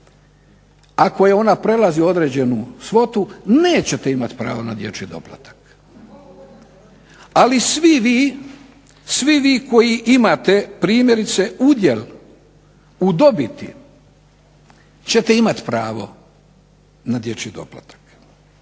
ako ona prelazi određenu svotu nećete imati pravo na dječji doplatak. Ali svi vi koji imate primjerice udjel u dobiti ćete imati pravo na dječji doplatak.